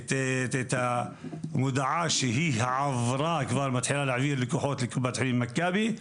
את ההודעה שהיא כבר מתחילה להעביר לקוחות לקופת חולים מכבי,